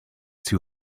too